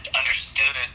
understood